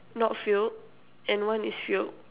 not filled and one is filled